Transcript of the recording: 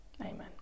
Amen